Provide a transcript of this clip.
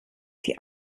die